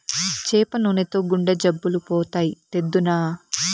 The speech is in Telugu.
చేప నూనెతో గుండె జబ్బులు పోతాయి, తెద్దునా